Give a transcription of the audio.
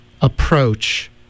approach